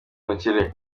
n’ubukire